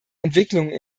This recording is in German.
entwicklungen